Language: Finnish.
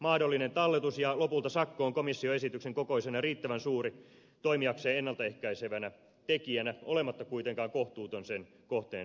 mahdollinen talletus ja lopulta sakko on komission esityksen kokoisena riittävän suuri toimiakseen ennalta ehkäisevänä tekijänä olematta kuitenkaan kohtuuton sen kohteen näkökulmasta